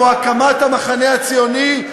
כמו הקמת המחנה הציוני,